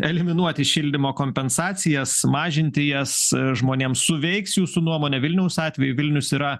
eliminuoti šildymo kompensacijas mažinti jas žmonėms suveiks jūsų nuomone vilniaus atveju vilnius yra